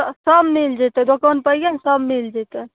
सब मिल जेतै दोकान पर अइयो ने सब मिल जेतै